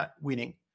winning